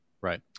Right